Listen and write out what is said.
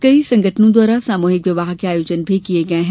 कई संगठनों द्वारा सामूहिक विवाह के आयोजन भी किये गये हैं